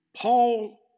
Paul